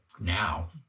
now